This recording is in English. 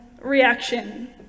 reaction